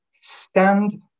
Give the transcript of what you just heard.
Stand